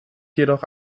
jedoch